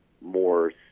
more